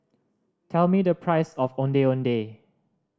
tell me the price of Ondeh Ondeh